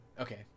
Okay